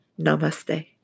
Namaste